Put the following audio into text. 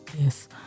Yes